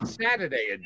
Saturday